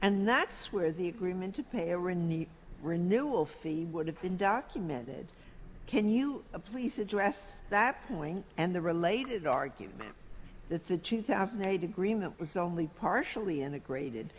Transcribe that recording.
and that's where the agreement to pay or in the renewal fee would have been documented can you please address that point and the related argument that the two thousand a degree mill was only partially integrated